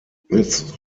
this